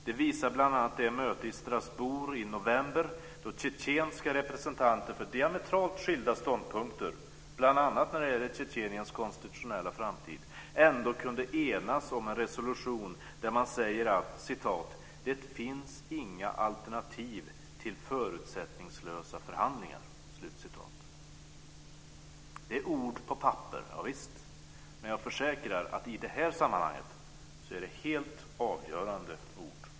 Det visar bl.a. det möte i Strasbourg i november då tjetjenska representanter för diametralt skilda ståndpunkter, bl.a. när det gäller Tjetjeniens konstitutionella framtid, ändå kunde enas om en resolution där man säger att "det finns inga alternativ till förutsättningslösa förhandlingar". Det är ord på papper, ja visst. Men jag försäkrar att det i detta sammanhang är helt avgörande ord.